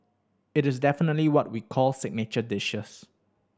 it is definitely what we call signature dishes